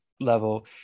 level